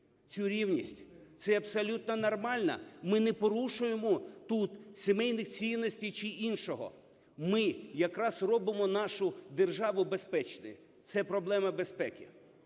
цю рівність. Це є абсолютно нормально. Ми не порушуємо тут сімейних цінностей чи іншого. Ми якраз робимо нашу державу безпечною. Це проблема безпеки.